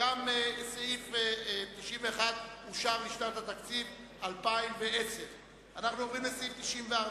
גם סעיף 91 אושר לשנת התקציב 2010. אנחנו עוברים לסעיף 94